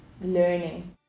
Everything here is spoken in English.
learning